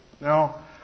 Now